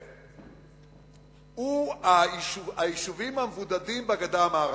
הוא היישובים המבודדים בגדה המערבית.